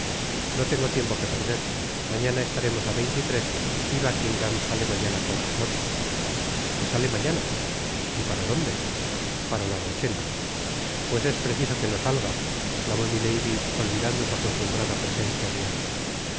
no tengo tiempo que perder mañana estaremos á y buckingam sale mañana con la flota qué sale mañana y para dónde para la rochela pues es preciso que no salga l esclamó milady olvidando su acostumbrada presencia de ánimo